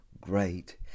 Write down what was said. great